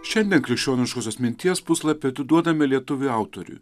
šiandien krikščioniškosios minties puslapiai atiduodami lietuvių autoriui